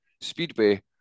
Speedway